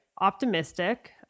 optimistic